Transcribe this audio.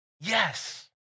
Yes